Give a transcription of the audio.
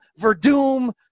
Verdum